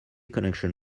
connection